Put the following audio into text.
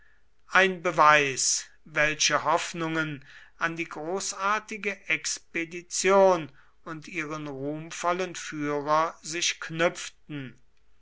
ein beweis welche hoffnungen an die großartige expedition und ihren ruhmvollen führer sich knüpften